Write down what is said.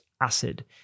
acid